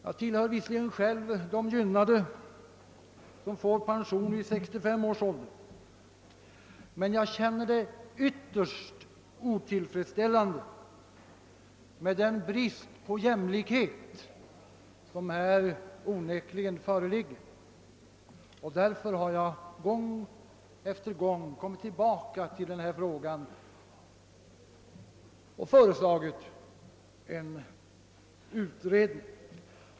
Jag tillhör visserligen själv de gynnade som får pension vid 65 års ålder, men jag känner det ytterst otillfredsställande med den brist på jämlikhet som här onekligen föreligger. Därför har jag gång efter annan kommit tillbaka till denna fråga och föreslagit en utredning.